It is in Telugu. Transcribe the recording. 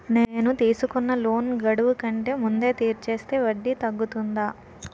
నేను తీసుకున్న లోన్ గడువు కంటే ముందే తీర్చేస్తే వడ్డీ తగ్గుతుందా?